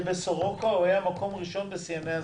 שבסורוקה הוא היה במקום הראשון בשיאני השכר.